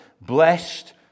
blessed